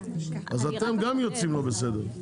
אז אתם גם יוצאים לא בסדר.